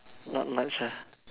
not much ah